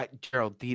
Gerald